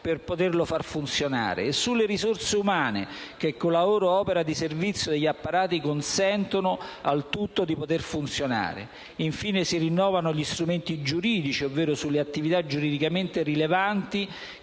per poterlo far funzionare e sulle risorse umane, che con la loro opera al servizio degli apparati consentono al tutto di poter funzionare. Infine, si rinnovano gli strumenti giuridici ovvero sulle attività giuridicamente rilevanti,